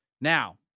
Now